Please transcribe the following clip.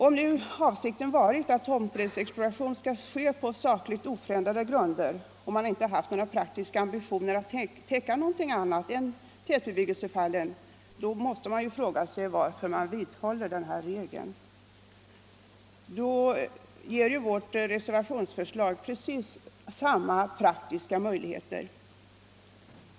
Om nu avsikten varit att tomträttsexpropriation skulle ske på sakligt oförändrade grunder och det inte funnits några praktiska ambitioner att täcka någonting annat än tätbebyggelsefallen, så måste man fråga sig varför regeln vidhålls. Då ger ju vårt reservationsförslag precis samma praktiska möjligheter.